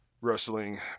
wrestling